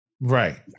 Right